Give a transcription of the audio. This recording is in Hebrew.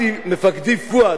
מפקדי פואד,